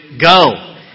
go